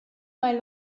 mai